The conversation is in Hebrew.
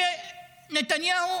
נתניהו